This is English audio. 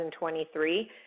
2023